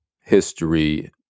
history